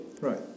Right